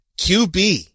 QB